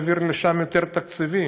לא להעביר לשם יותר תקציבים.